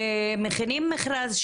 מכינים מכרז,